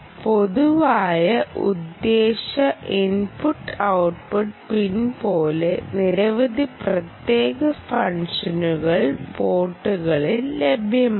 പൊതുവായ ഉദ്ദേശ്യ input output pin പോലെ നിരവധി പ്രത്യേക ഫംഗ്ഷനുകൾ പോർട്ടുകളിൽ ലഭ്യമാണ്